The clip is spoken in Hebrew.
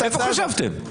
איפה חשבתם?